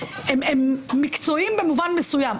הם מקצועיים במובן מסוים,